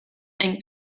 and